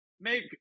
make